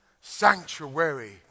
sanctuary